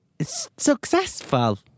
successful